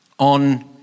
on